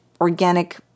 organic